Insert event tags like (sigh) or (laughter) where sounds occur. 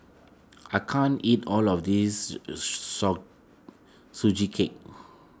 I can't eat all of this (unintelligible) Sugee Cake